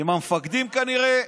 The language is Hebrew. המפקדים כנראה.